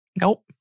Nope